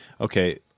okay